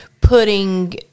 putting